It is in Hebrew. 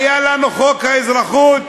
היה לנו חוק האזרחות,